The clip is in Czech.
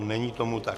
Není tomu tak.